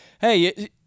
hey –